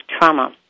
trauma